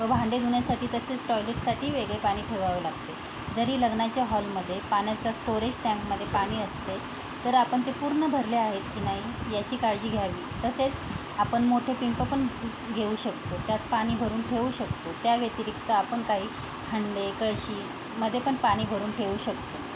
व भांडे धुण्यासाठी तसेच टॉयलेटसाठी वेगळे पाणी ठेवावं लागते जरी लग्नाच्या हॉलमध्ये पाण्याचा स्टोरेज टँकमध्ये पाणी असते तर आपण ते पूर्ण भरले आहेत की नाही याची काळजी घ्यावी तसेच आपण मोठे पिंप पण घेऊ शकतो त्यात पाणी भरून ठेवू शकतो त्या व्यतिरिक्त आपण काही हंडे कळशीमध्ये पण पाणी भरून ठेवू शकतो